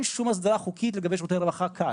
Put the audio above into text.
שום הסדרה חוקית לגבי שירותי רווחה כאן.